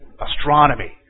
Astronomy